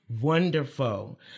Wonderful